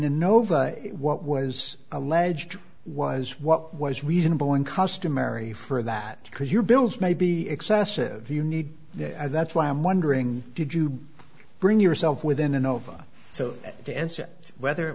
nova what was alleged was what was reasonable in customary for that because your bills may be excessive you need that's why i'm wondering did you bring yourself within an over so to answer whether